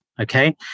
Okay